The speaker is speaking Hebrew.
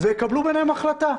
ויקבלו ביניהם החלטה.